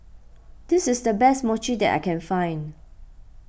this is the best Mochi that I can find